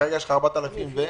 כרגע יש לך 4,000 ו-?